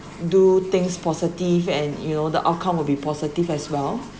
do things positive and you know the outcome will be positive as well